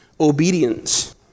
obedience